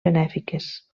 benèfiques